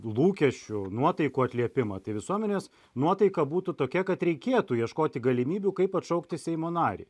lūkesčių nuotaikų atliepimą tai visuomenės nuotaika būtų tokia kad reikėtų ieškoti galimybių kaip atšaukti seimo narį